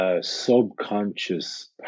subconscious